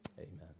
Amen